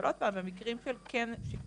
אבל עוד פעם, במקרים של מי